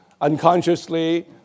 unconsciously